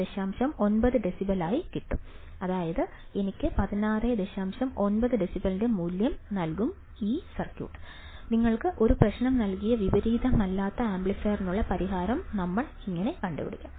9 ഡെസിബെലിന്റെ മൂല്യം നൽകും നിങ്ങൾക്ക് ഒരു പ്രശ്നം നൽകിയ വിപരീതമല്ലാത്ത ആംപ്ലിഫയറിനുള്ള പരിഹാരം ഞങ്ങൾ ഇങ്ങനെ കണ്ടെത്തും